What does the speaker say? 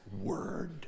word